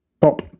pop